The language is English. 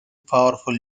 powerful